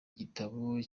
igitabo